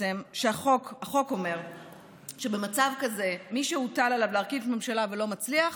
החוק אומר שבמצב כזה מי שהוטל עליו להרכיב ממשלה ולא מצליח